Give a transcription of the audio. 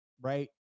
right